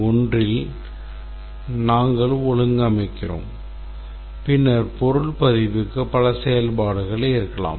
1 இல் நாங்கள் ஒழுங்கமைக்கிறோம் பின்னர் பொருள் பதிவுக்கு பல செயல்பாடுகள் இருக்கலாம்